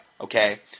Okay